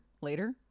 later